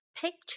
Picture